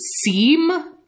seem